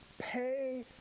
Pay